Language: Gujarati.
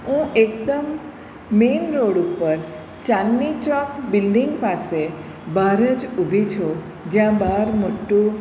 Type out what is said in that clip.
હું એકદમ મેન રોડ ઉપર ચાંદની ચોક બિલ્ડિંગ પાસે બહાર જ ઊભી છું જ્યાં બહાર મોટું